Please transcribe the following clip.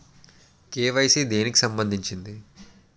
KYC దేనికి సంబందించింది?